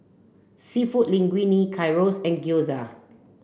Seafood Linguine Gyros and Gyoza